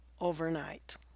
overnight